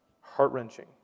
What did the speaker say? heart-wrenching